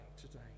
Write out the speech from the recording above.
today